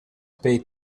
pay